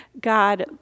God